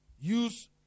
Use